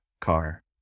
car